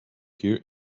here